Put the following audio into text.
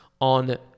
on